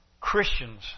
Christians